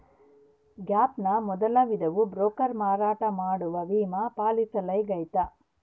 gap ನ ಮೊದಲ ವಿಧವು ಬ್ರೋಕರ್ ಮಾರಾಟ ಮಾಡುವ ವಿಮಾ ಪಾಲಿಸಿಯಾಗೈತೆ